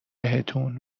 بهتون